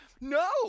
No